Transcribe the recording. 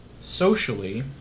socially